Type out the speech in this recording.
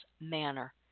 manner